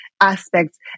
aspects